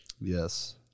Yes